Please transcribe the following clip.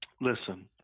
Listen